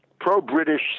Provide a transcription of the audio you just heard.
pro-British